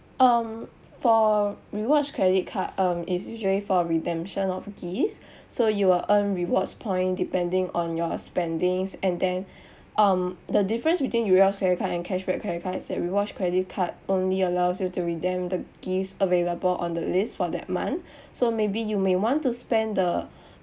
um for rewards credit card um is usually for redemption of gifts so you will earn rewards point depending on your spendings and then um the difference between rewards credit card and cashback credit card is that rewards credit card only allows you to redeem the gifts available on the list for that month so maybe you may want to spend the